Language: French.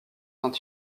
saint